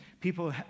People